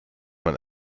man